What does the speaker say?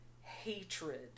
hatred